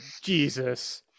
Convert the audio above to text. jesus